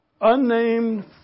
unnamed